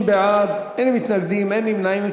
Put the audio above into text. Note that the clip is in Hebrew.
30 בעד, אין מתנגדים, אין נמנעים.